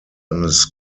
eines